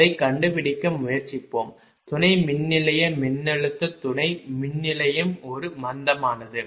அதைக் கண்டுபிடிக்க முயற்சிப்போம் துணை மின்நிலைய மின்னழுத்த துணை மின் நிலையம் ஒரு மந்தமானது